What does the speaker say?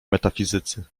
metafizycy